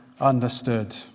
understood